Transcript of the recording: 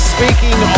Speaking